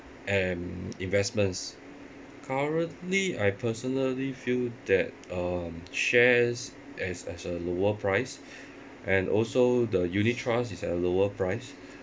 and investments currently I personally feel that um shares has has a lower price and also the unit trust is at a lower price